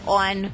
on